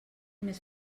més